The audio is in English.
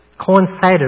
coincided